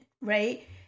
right